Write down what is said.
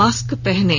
mask पहनें